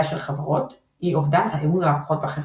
של חברות היא אובדן אמון הלקוחות בחברה.